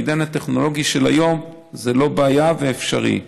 בעידן הטכנולוגי של היום זה לא בעיה וזה אפשרי.